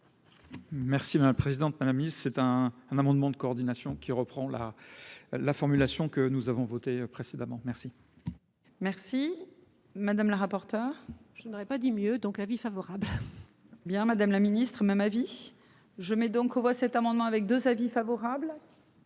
Merci la la présidente madame il c'est éteint un amendement de coordination qui reprend la. La formulation que nous avons voté précédemment. Merci. Merci madame la rapporteure. Je n'aurais pas dis mieux. Donc la vie favori. Bien Madame la Ministre même avis je mets donc aux voix cet amendement avec 2 avis favorable.